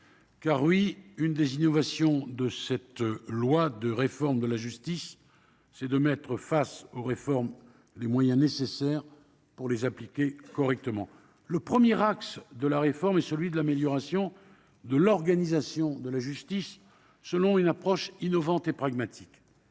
Oui, l'une des innovations de ce projet de loi de réforme de la justice, c'est de mettre en face des réformes les moyens nécessaires pour les appliquer correctement. Le premier axe de la réforme est l'amélioration de l'organisation de la justice, selon une approche innovante et pragmatique.